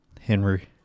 Henry